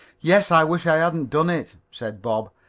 yes. i wish i hadn't done it, said bob.